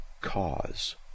cause